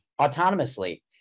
autonomously